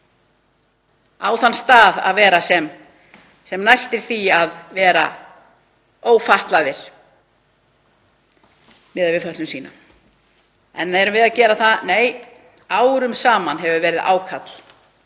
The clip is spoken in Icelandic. er á þann stað að vera sem næstir því að vera ófatlaðir miðað við fötlun sína — en erum við að gera það? Nei. Árum saman hefur verið ákall